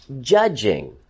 judging